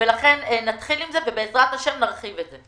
לכן, נתחיל עם זה ובעזרת השם נרחיב עם זה.